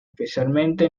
especialmente